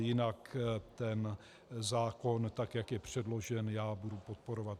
Jinak ten zákon, tak jak je předložen, já budu podporovat.